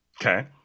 Okay